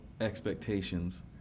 expectations